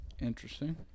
Interesting